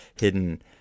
hidden